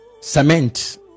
cement